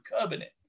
covenant